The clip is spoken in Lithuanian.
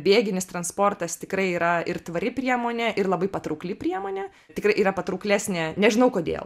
bėginis transportas tikrai yra ir tvari priemonė ir labai patraukli priemonė tikrai yra patrauklesnė nežinau kodėl